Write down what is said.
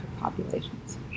populations